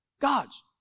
God's